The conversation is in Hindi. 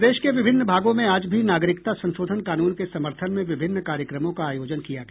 प्रदेश के विभिन्न भागों में आज भी नागरिकता संशोधन कानून के समर्थन में विभिन्न कार्यक्रमों का आयोजन किया गया